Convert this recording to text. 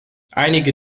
einige